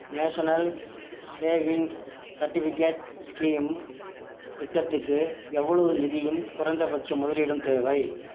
national savings certificate scheme திட்டத்துக்கு எவ்வளவு நிதியும் குறைந்தபட்ச முதலீடும் தேவை